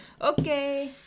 Okay